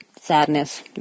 sadness